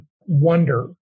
wonder